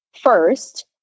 first